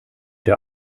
der